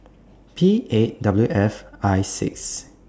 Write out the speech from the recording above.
P eight W F I six